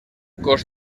cos